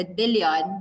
billion